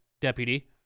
deputy